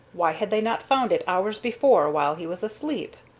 why had they not found it hours before, while he was asleep?